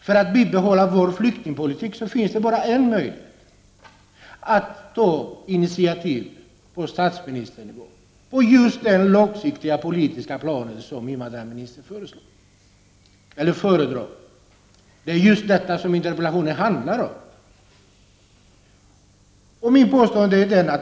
för oss att bibehålla vår flyktingpolitik, och det är att initiativ tas på statsministernivå till den långsiktiga politiska plan som invandrarministern talade om. Det är just detta som interpellationen handlar om.